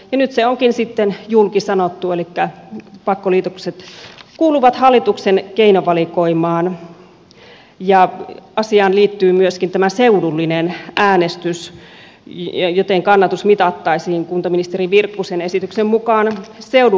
nyt se onkin sitten julki sanottu elikkä pakkoliitokset kuuluvat hallituksen keinovalikoimaan ja asiaan liittyy myöskin tämä seudullinen äänestys joten kannatus mitattaisiin kuntaministeri virkkusen esityksen mukaan seudullisella kansanäänestyksellä